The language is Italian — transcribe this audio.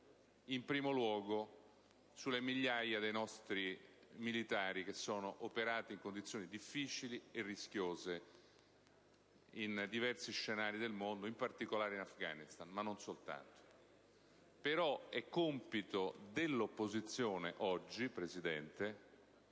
in primo luogo, sulle migliaia dei nostri militari che operano in condizioni difficili e rischiose in diversi scenari del mondo, in particolare in Afghanistan, ma non soltanto. Però, è compito dell'opposizione oggi, signor Presidente,